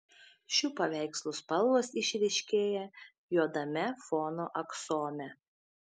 šių paveikslų spalvos išryškėja juodame fono aksome